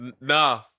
Nah